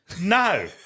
No